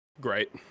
Great